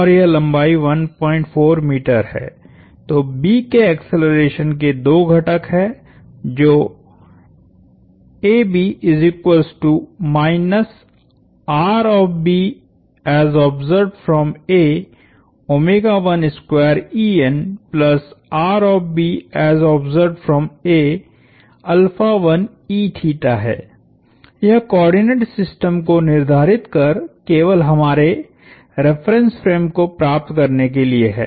तो B के acceleration के दो घटक हैं जोहै यह कोआर्डिनेट सिस्टम को निर्धारित कर केवल हमारे रेफरेंस फ्रेम को प्राप्त करने के लिए है